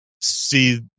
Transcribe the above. see